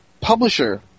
publisher